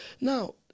Now